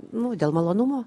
nu dėl malonumo